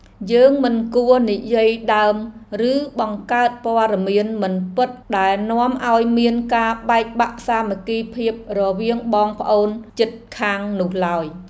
យើងមិនគួរនិយាយដើមឬបង្កើតព័ត៌មានមិនពិតដែលនាំឱ្យមានការបែកបាក់សាមគ្គីភាពរវាងបងប្អូនជិតខាងនោះឡើយ។